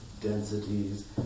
densities